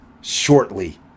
shortly